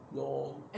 LOL